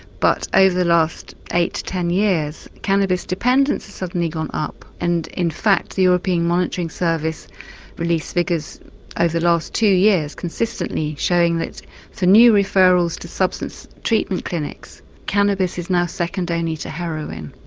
but over the last eight to ten years cannabis dependence has suddenly gone up and in fact the european monitoring service released figures over the last two years consistently showing that the new referrals to substance treatment clinics cannabis is now second only to heroin.